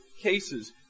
cases